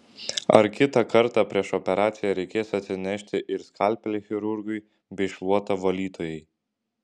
ar kitą kartą prieš operaciją reikės atsinešti ir skalpelį chirurgui bei šluotą valytojai